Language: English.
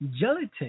Gelatin